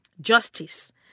justice